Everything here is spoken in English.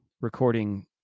recording